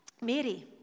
Mary